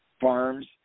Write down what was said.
Farms